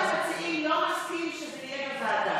אחד המציעים לא מסכים שזה יהיה בוועדה,